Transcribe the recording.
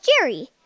Jerry